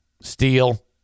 steel